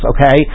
Okay